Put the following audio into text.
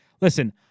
listen